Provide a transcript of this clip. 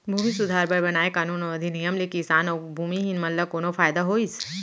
भूमि सुधार बर बनाए कानून अउ अधिनियम ले किसान अउ भूमिहीन मन ल कोनो फायदा होइस?